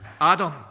Adam